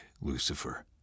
Lucifer